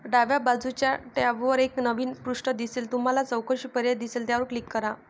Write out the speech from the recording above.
डाव्या बाजूच्या टॅबवर एक नवीन पृष्ठ दिसेल तुम्हाला चौकशी पर्याय दिसेल त्यावर क्लिक करा